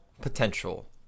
potential